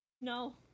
No